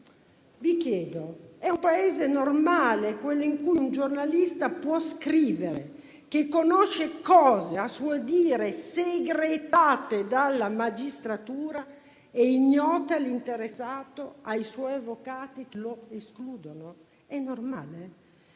Vi chiedo: è un Paese normale quello in cui un giornalista può scrivere che conosce cose a suo dire segretate dalla magistratura e ignote all'interessato e ai suoi avvocati che lo escludono? È normale?